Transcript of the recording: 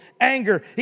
anger